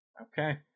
Okay